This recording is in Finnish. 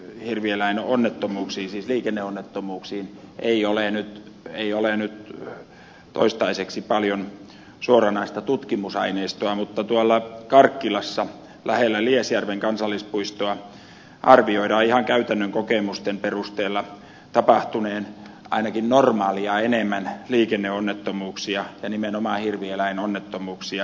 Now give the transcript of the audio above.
hirvieläinonnettomuuksiisi liikenneonnettomuuksia ei ole liikenneonnettomuuksiin ei ole nyt toistaiseksi paljon suoranaista tutkimusaineistoa mutta tuolla karkkilassa lähellä liesjärven kansallispuistoa arvioidaan ihan käytännön kokemusten perusteella tapahtuneen ainakin normaalia enemmän liikenneonnettomuuksia ja nimenomaan hirvieläinonnettomuuksia